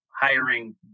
hiring